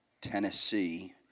Tennessee